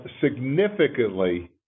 significantly